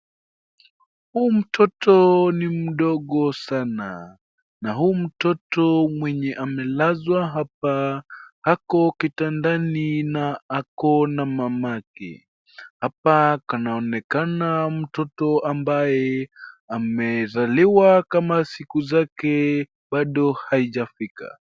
Huu mtoto ni mdogo sana. Na huu mtoto mwenye amelazwa hapa ako kitandani na akona mamake. Hapa kanaonekana mtoto ambaye amezaliwa kama siku zake bado haijafika.